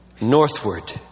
Northward